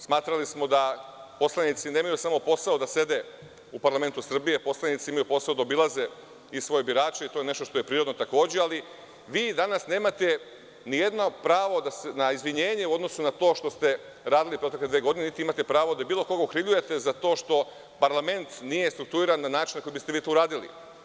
Smatrali smo da poslanici nemaju samo posao da sede u parlamentu Srbije, poslanici imaju posao da obilaze i svoje birače i to je nešto što je prirodno takođe, ali vi danas nemate nijedno pravo izvinjenje u odnosu na to što ste radili protekle dve godine, niti imate pravo da bilo koga okrivljujete za to što parlament nije restrukturiran na način na koji biste vi to uradili.